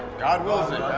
god wills it!